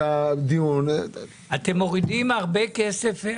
אתם מורידים הרבה כסף.